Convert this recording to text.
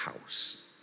house